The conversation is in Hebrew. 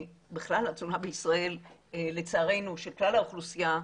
בכלל התזונה בישראל של כלל האוכלוסייה,